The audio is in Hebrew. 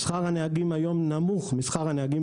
שכר הנהגים היום בישראל נמוך משכר הנהגים